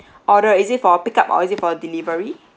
order is it for a pick up or is it for a delivery